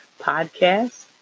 podcast